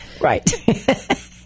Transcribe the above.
right